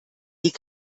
die